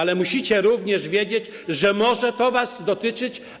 Ale musicie również wiedzieć, że może to was dotyczyć.